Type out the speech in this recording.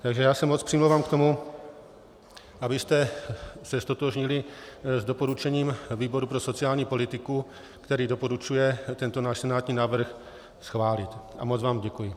Takže já se moc přimlouvám k tomu, abyste se ztotožnili s doporučením výboru pro sociální politiku, který doporučuje tento náš senátní návrh schválit, a moc vám děkuji.